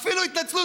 אדוני